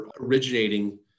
originating